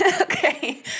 Okay